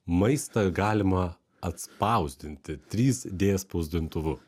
maistą galima atspausdinti trys dė spausdintuvu